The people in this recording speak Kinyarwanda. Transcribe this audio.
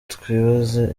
twibaze